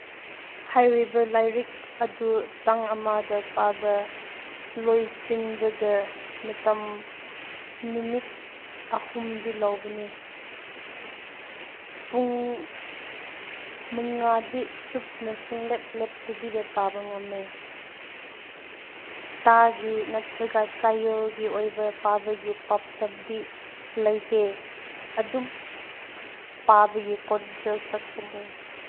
ꯍꯥꯏꯔꯤꯕ ꯂꯥꯏꯔꯤꯛ ꯑꯗꯨ ꯆꯥꯡ ꯑꯃꯗ ꯄꯥꯕ ꯂꯣꯏꯁꯤꯟꯕꯗ ꯃꯇꯝ ꯅꯨꯃꯤꯠ ꯑꯍꯨꯝꯗꯤ ꯂꯧꯕꯅꯤ ꯄꯨꯡ ꯃꯉꯥꯗꯤ ꯆꯨꯞꯅ ꯁꯨꯡꯂꯦꯞ ꯂꯦꯞꯇꯕꯤꯗ ꯄꯥꯕ ꯉꯝꯃꯦ ꯊꯥꯒꯤ ꯅꯠꯇ꯭ꯔꯒ ꯆꯌꯣꯜꯒꯤ ꯑꯣꯏꯕ ꯄꯥꯕꯒꯤ ꯄꯥꯟꯗꯝꯗꯤ ꯂꯩꯇꯦ ꯑꯗꯨꯝ ꯄꯥꯕꯒꯤ ꯀꯣꯟꯖꯦꯜ ꯆꯠꯄꯅꯦ